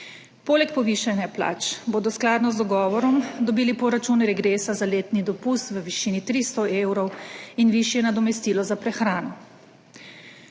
Poleg povišanja plač bodo skladno z dogovorom dobili poračun regresa za letni dopust v višini 300 evrov in višje nadomestilo za prehrano.